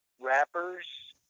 rappers